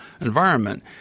environment